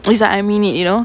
it's like I mean it you know